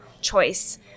choice